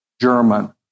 German